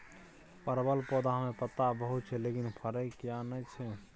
परवल पौधा में पत्ता बहुत छै लेकिन फरय किये नय छै?